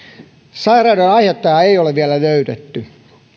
sairauden aiheuttajaa ei ole vielä löydetty